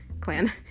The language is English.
clan